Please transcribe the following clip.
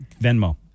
Venmo